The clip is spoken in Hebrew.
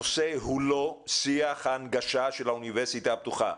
הנושא הוא לא שיח ההנגשה של האוניברסיטה הפתוחה.